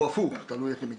או הפוך, תלוי איך היא מגיעה.